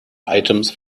items